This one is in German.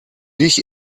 dich